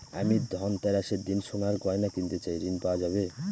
আমি ধনতেরাসের দিন সোনার গয়না কিনতে চাই ঝণ পাওয়া যাবে?